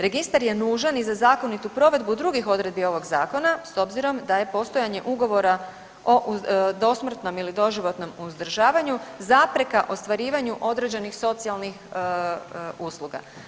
Registar je nužan i za zakonitu provedbu drugih odredbi ovog zakona s obzirom da je postojanje ugovora o dosmrtnom ili doživotnom uzdržavanju zapreka ostvarivanju određenih socijalnih usluga.